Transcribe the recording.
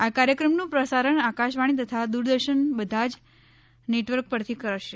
આ કાર્યક્રમનું પ્રસારણ આકાશવાણી તથા દૂરદર્શનના બધા જ નેટવર્ક પરથી કરશે